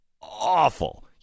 awful